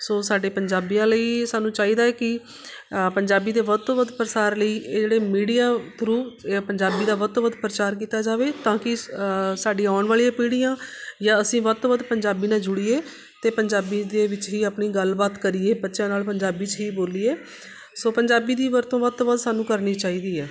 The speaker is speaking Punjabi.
ਸੋ ਸਾਡੇ ਪੰਜਾਬੀਆਂ ਲਈ ਸਾਨੂੰ ਚਾਹੀਦਾ ਹੈ ਕਿ ਪੰਜਾਬੀ ਦੇ ਵੱਧ ਤੋਂ ਵੱਧ ਪ੍ਰਸਾਰ ਲਈ ਇਹ ਜਿਹੜੇ ਮੀਡੀਆ ਥਰੂ ਅ ਪੰਜਾਬੀ ਦਾ ਵੱਧ ਤੋਂ ਵੱਧ ਪ੍ਰਚਾਰ ਕੀਤਾ ਜਾਵੇ ਤਾਂ ਕਿ ਸ ਸਾਡੀ ਆਉਣ ਵਾਲੀਆਂ ਪੀੜੀਆਂ ਜਾਂ ਅਸੀਂ ਵੱਧ ਤੋਂ ਵੱਧ ਪੰਜਾਬੀ ਨਾਲ ਜੁੜੀਏ ਅਤੇ ਪੰਜਾਬੀ ਦੇ ਵਿੱਚ ਹੀ ਆਪਣੀ ਗੱਲਬਾਤ ਕਰੀਏ ਬੱਚਿਆਂ ਨਾਲ ਪੰਜਾਬੀ 'ਚ ਹੀ ਬੋਲੀਏ ਸੋ ਪੰਜਾਬੀ ਦੀ ਵਰਤੋਂ ਵੱਧ ਤੋਂ ਵੱਧ ਸਾਨੂੰ ਕਰਨੀ ਚਾਹੀਦੀ ਹੈ